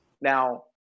Now